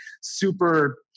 super –